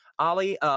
Ali